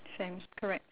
same correct